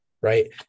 right